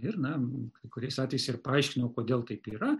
ir na kuriais atvejais ir paaiškinau kodėl taip yra